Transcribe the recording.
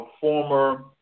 former